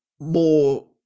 more